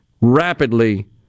rapidly